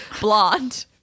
blonde